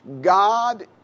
God